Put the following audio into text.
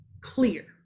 clear